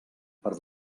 per